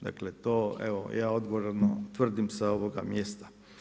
Dakle, ja odgovorno tvrdim sa ovoga mjesta.